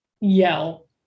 yell